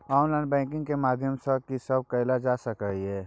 Online banking के माध्यम सं की सब कैल जा सके ये?